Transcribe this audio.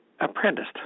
apprenticed